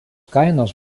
kainos